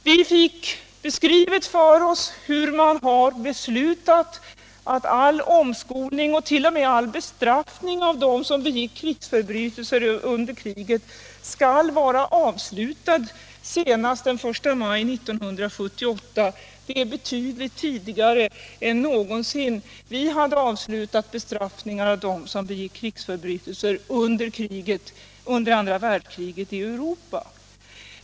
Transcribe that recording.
Vi fick beskrivet för oss hur man har beslutat att all omskolning och t.o.m. all bestraffning av dem som begick krigsförbrytelser skall ha avslutats senast den 1 maj 1978. Det är betydligt tidigare än man någonsin i Europa hade avslutat bestraffningar av dem som begick krigsförbrytelser under andra världskriget.